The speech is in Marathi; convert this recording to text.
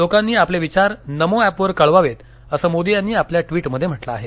लोकांनी आपले विचार नमो ऍपवर कळवावेत असं मोदी यांनी आपल्या ट्वीटमध्ये म्हटलं आहे